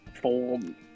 form